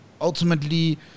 ultimately